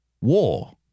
war